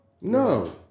No